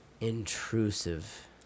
Intrusive